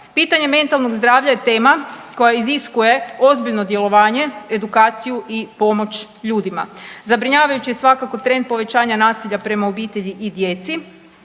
Pitanje mentalnog zdravlja je tema koja iziskuje ozbiljno djelovanje, edukaciju i pomoć ljudima. Zabrinjavajuć, je svakako, trend povećanja nasilja prema obitelji i djeci,